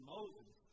Moses